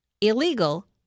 illegal